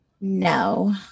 No